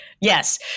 Yes